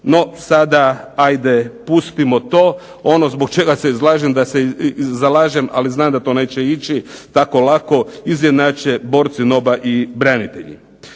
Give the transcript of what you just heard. NO, sada ajde pustimo to, ono zbog čega se zalažem ali znam da to neće ići tako lako, izjednače borci NOB-a i branitelja.